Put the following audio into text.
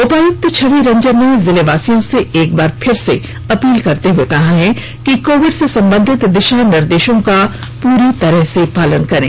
उपायुक्त छवि रंजन ने जिले वासियों से एक बार फिर से अपील करते हुए कहा है कि कोविड से संबंधित दिशा निर्देशों का पूरी तरह से पालन करें